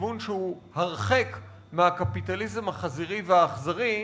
לכיוון שהוא רחוק מהקפיטליזם החזירי והאכזרי,